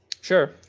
Sure